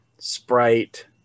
sprite